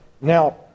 Now